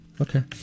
Okay